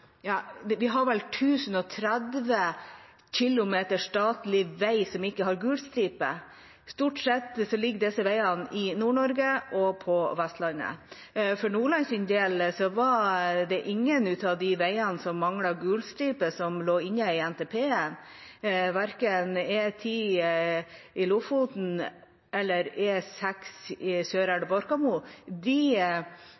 disse veiene i Nord-Norge og på Vestlandet. For Nordlands del var det ingen av de veiene som mangler gul stripe, som lå inne i NTP, verken E10 i Lofoten eller E6 Sørelva–Borkamo. De strekningene er